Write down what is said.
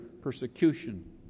persecution